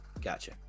gotcha